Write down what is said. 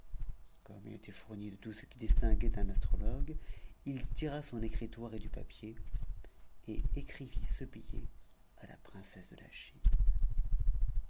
comme il était fourni de tout ce qui distinguait un astro il tira son écritoire et du papier et écrivit ce billet à la princesse eh chine